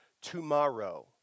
tomorrow